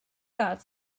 got